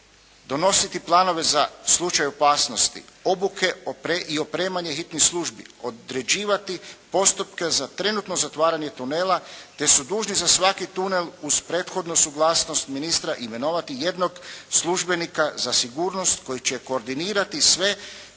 donositi planove za slučaj opasnosti, obuke i opremanje hitnih službi. Određivati postupke za trenutno zatvaranje tunela te su dužni za svaki tunel uz prethodnu suglasnost ministra imenovati jednog službenika za sigurnost koji će koordinirati sve